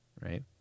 right